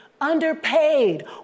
Underpaid